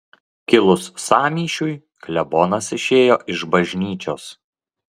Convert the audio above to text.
kilus sąmyšiui klebonas išėjo iš bažnyčios